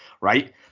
right